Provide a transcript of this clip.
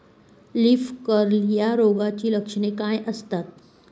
Leaf curl या रोगाची लक्षणे काय असतात?